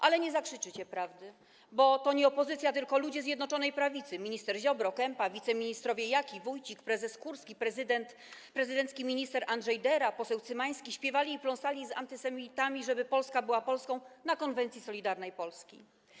Ale nie zakrzyczycie prawdy, bo to nie opozycja, tylko ludzie Zjednoczonej Prawicy, minister Ziobro, Kempa, wiceministrowie Jaki, Wójcik, prezes Kurski, prezydent, prezydencki minister Andrzej Dera, poseł Cymański, śpiewali „Żeby Polska była Polską” i pląsali z antysemitami na konwencji Solidarnej Polski.